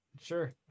sure